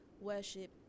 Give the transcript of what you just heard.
worship